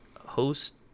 host